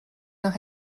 nach